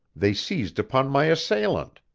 they seized upon my assailant.